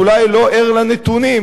אולי ער לנתונים,